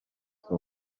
for